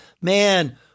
Man